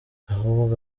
ahubwo